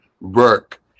work